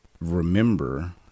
remember